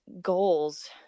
goals